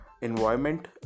environment